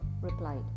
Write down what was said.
replied